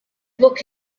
book